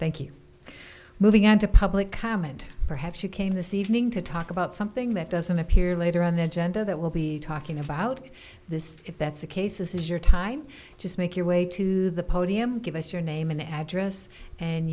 you moving on to public comment perhaps you came to see evening to talk about something that doesn't appear later on the agenda that will be talking about this if that's the case is your time just make your way to the podium give us your name and address and